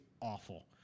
awful